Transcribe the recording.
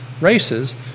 races